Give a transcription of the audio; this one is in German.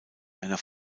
einer